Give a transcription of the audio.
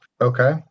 Okay